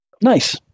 Nice